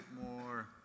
more